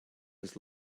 was